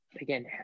again